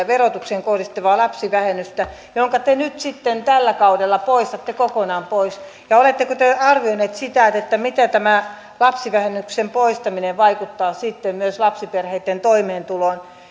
verotukseen kohdistuvaa lapsivähennystä jonka te nyt sitten tällä kaudella poistatte kokonaan ja oletteko te arvioineet sitä mitä tämä lapsivähennyksen poistaminen vaikuttaa sitten myös lapsiperheitten toimeentuloon